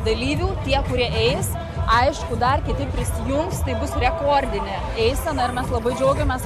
dalyvių tie kurie eis aišku dar kiti prisijungs tai bus rekordinė eisena ir mes labai džiaugiamės